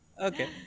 Okay